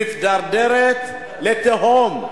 מתדרדרת לתהום,